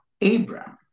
Abraham